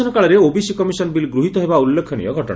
ଏହି ଅଧିବେଶନ କାଳରେ ଓବିସି କମିଶନ ବିଲ୍ ଗୃହୀତ ହେବା ଉଲ୍ଲେଖନୀୟ ଘଟଣା